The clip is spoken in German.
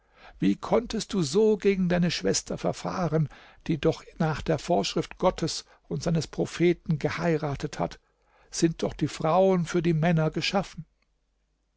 wie konntest du so gegen deine schwester verfahren die doch nach der vorschrift gottes und seines propheten geheiratet hat sind doch die frauen für die männer geschaffen